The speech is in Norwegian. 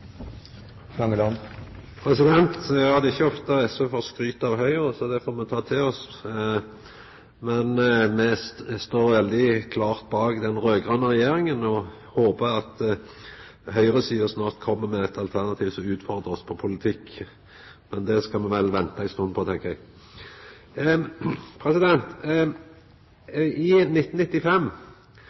får me ta til oss. Men me står veldig klart bak den raud-grøne regjeringa og håpar at høgresida snart kjem med eit alternativ som utfordrar oss på politikk. Men det skal me vel venta ei stund på, tenkjer eg. I 1995